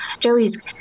joeys